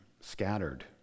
scattered